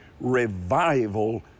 revival